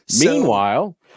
Meanwhile